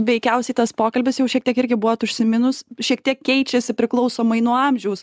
veikiausiai tas pokalbis jau šiek tiek irgi buvot užsiminus šiek tiek keičiasi priklausomai nuo amžiaus